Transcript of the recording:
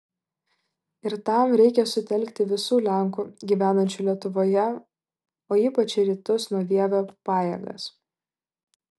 ir tam reikia sutelkti visų lenkų gyvenančių lietuvoje o ypač į rytus nuo vievio pajėgas